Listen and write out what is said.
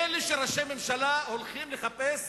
מילא שראשי ממשלה הולכים לחפש